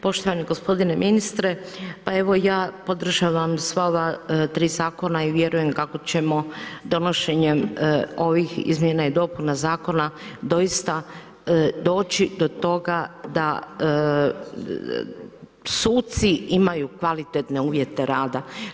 Poštovani gospodine ministre, pa evo, ja podržavam sva ova tri zakona i vjerujem kako ćemo donošenjem ovih izmjena i dopuna zakona doista doći do toga da suci imaju kvalitetne uvjete rada.